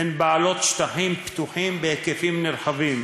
הן בעלות שטחים פתוחים בהיקפים נרחבים,